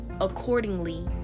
accordingly